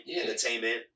Entertainment